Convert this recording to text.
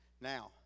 Now